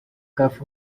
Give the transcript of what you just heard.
caf